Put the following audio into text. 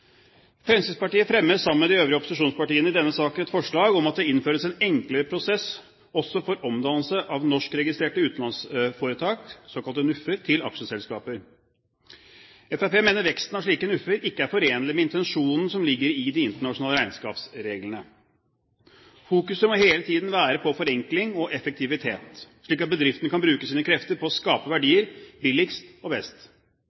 Fremskrittspartiet fremmer sammen med de øvrige opposisjonspartiene i denne saken et forslag om at det innføres en enklere prosess også for omdannelse av norskregistrerte utenlandsforetak, såkalte NUF-er, til aksjeselskaper. Fremskrittspartiet mener veksten av slike NUF-er ikke er forenlig med intensjonen som ligger i de internasjonale regnskapsreglene. Fokuset må hele tiden være på forenkling og effektivitet, slik at bedriftene kan bruke sine krefter på å skape verdier billigst og best.